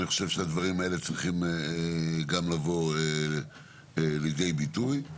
אני חושב שהדברים האלה צריכים גם לבוא לידי ביטוי.